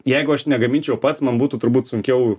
jeigu aš negaminčiau pats man būtų turbūt sunkiau